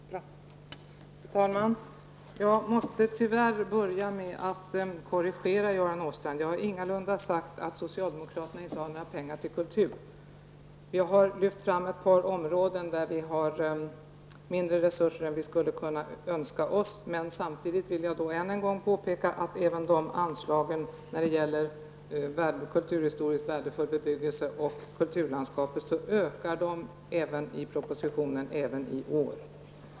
Fru talman! Jag måste tyvärr börja med att korrigera Göran Åstrand. Jag har ingalunda sagt att socialdemokraterna inte har några pengar till kultur. Jag har lyft fram ett par områden där vi har mindre resurser än vi skulle kunna önska oss. Samtidigt vill jag än en gång påpeka att även anslagen till kulturhistoriskt värdefull bebyggelse och till kulturlandskap ökar i propositionen även i år.